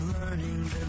learning